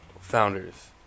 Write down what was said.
founders